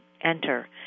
enter